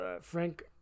Frank